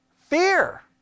Fear